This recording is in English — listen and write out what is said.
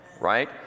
right